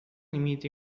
limite